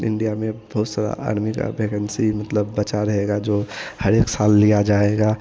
India में बहुत सारी आर्मी की वैकेन्सी मतलब बची रहेगी जो हर एक साल लिया जाएगा